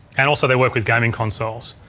and also they work with gaming consoles.